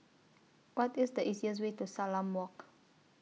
What IS The easiest Way to Salam Walk